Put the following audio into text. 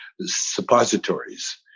suppositories